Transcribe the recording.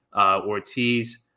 Ortiz